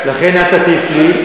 לכן אל תטיף לי.